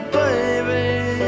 baby